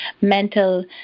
mental